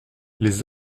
les